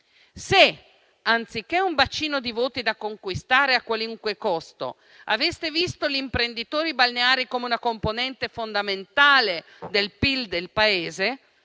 Se, anziché un bacino di voti da conquistare a qualunque costo, aveste visto gli imprenditori balneari come una componente fondamentale del PIL del Paese,